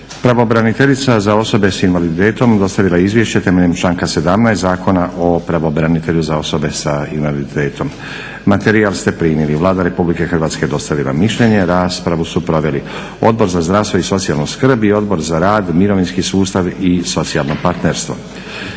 Pravobraniteljica za osobe s invaliditetom dostavila je izvješće temeljem članka 17. Zakona o pravobranitelju za osobe s invaliditetom. Materijal ste primili. Vlada Republike Hrvatske je dostavila mišljenje. Raspravu su proveli Odbor za zdravstvo i socijalnu skrb i Odbor za rad, mirovinski sustav i socijalno partnerstvo.